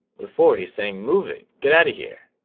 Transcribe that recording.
before he's saying moving get out of here.